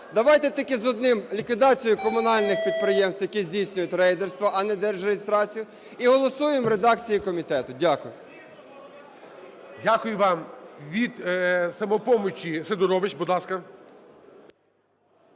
давайте тільки з одним - ліквідацією комунальних підприємств, які здійснюють рейдерство, а не держреєстрацію, - і голосуємо в редакції комітету. Дякую. ГОЛОВУЮЧИЙ. Дякую вам. Від "Самопомочі" Сидорович, будь ласка.